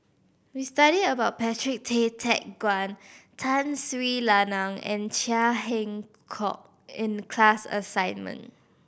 we studied about Patrick Tay Teck Guan Tun Sri Lanang and Chia Keng Hock in the class assignment